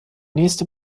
nächste